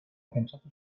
pentsatu